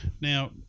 Now